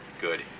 good